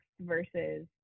versus